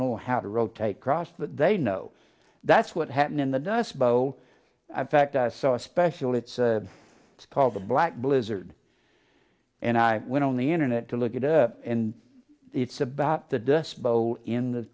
know how to rotate cross that they know that's what happened in the dust bow i fact i saw a special it's called the black blizzard and i went on the internet to look it up and it's about the dust bowl in the